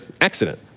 accident